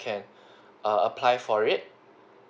can err apply for it